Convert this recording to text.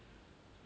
silat